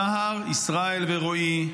סער, ישראל ורועי,